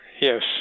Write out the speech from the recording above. Yes